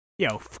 Yo